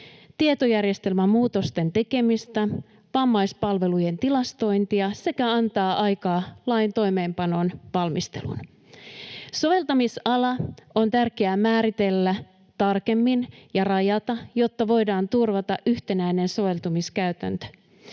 tietojärjestelmämuutosten tekemistä, vammaispalvelujen tilastointia sekä antaa aikaa lain toimeenpanon valmisteluun. Soveltamisala on tärkeä määritellä tarkemmin ja rajata, jotta voidaan turvata yhtenäinen soveltamiskäytäntö